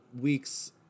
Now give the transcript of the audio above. weeks